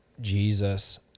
Jesus